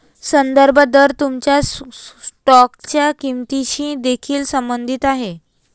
संदर्भ दर तुमच्या स्टॉकच्या किंमतीशी देखील संबंधित आहे